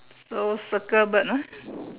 so circle bird ah